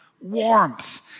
warmth